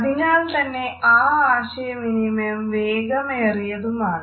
അതി നാൽത്തന്നെ ആ ആശയവിനിമയം വേഗമേറിയതുമാണ്